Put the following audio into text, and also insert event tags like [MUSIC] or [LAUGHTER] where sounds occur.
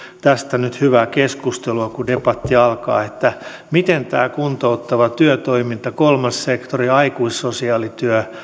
tästä nyt hyvää keskustelua kun debatti alkaa miten tämä kuntouttava työtoiminta kolmas sektori aikuissosiaalityö [UNINTELLIGIBLE]